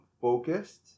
focused